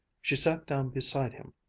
she sat down beside him,